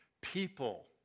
people